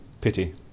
Pity